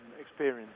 experience